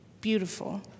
Beautiful